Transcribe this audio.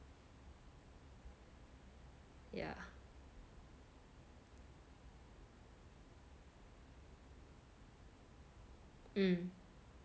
yeah um